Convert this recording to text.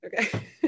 Okay